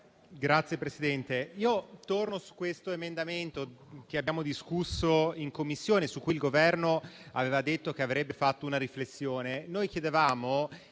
Signor Presidente, di questo emendamento abbiamo discusso in Commissione e il Governo aveva detto che avrebbe fatto una riflessione.